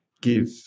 give